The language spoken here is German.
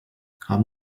haben